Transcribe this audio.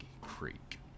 Creek